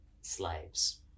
slaves